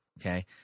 okay